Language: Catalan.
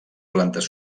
plantes